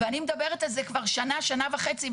ואני מדברת על זה כבר שנה, שנה וחצי.